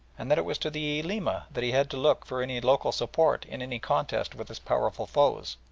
and that it was to the ulema that he had to look for any local support in any contest with his powerful foes.